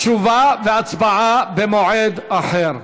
תשובה והצבעה במועד אחר.